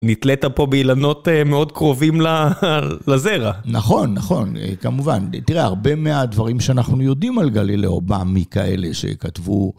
נתלית פה באילנות מאוד קרובים לזרע. נכון, נכון, כמובן. תראה, הרבה מהדברים שאנחנו יודעים על גלילאו בא מכאלה שכתבו...